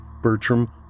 Bertram